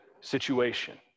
situation